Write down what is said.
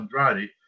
Andrade